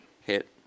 Hit